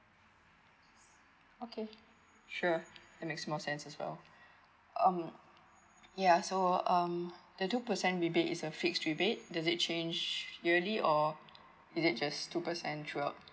okay sure that makes more sense as well um ya so um the two percent rebate is a fixed rebate does it change yearly or is it just two percent throughout